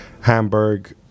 Hamburg